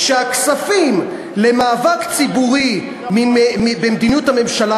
שהכספים למאבק ציבורי במדיניות הממשלה